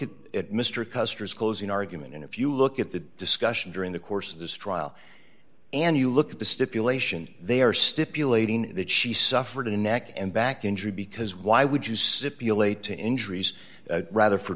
at it mr custer's closing argument and if you look at the discussion during the course of this trial and you look at the stipulations they are stipulating that she suffered a neck and back injury because why would use it be allayed to injuries rather for